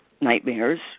nightmares